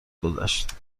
گذشت